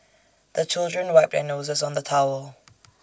the children wipe their noses on the towel